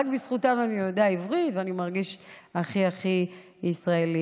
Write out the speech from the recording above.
רק בזכותם אני יודע עברית ואני מרגיש הכי הכי ישראלי.